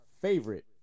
favorite